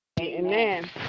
Amen